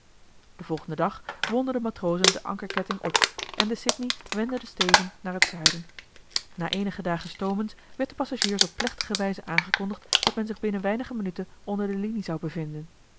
den volgenden dag wonden de matrozen den ankerketting op en de sydney wendde den steven naar het zuiden na eenige dagen stoomens werd den passagiers op plechtige wijze aangekondigd dat men zich binnen weinige minuten onder de linie zou bevinden